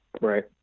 Right